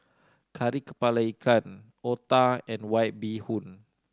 Kari Kepala Ikan otah and White Bee Hoon